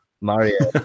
Mario